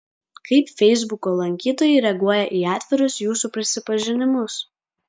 kaip feisbuko lankytojai reaguoja į atvirus jūsų prisipažinimus